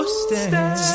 stand